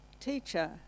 teacher